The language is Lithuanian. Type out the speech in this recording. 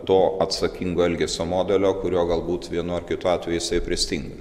to atsakingo elgesio modelio kurio galbūt vienu ar kitu atveju jisai pristinga